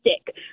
stick